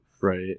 right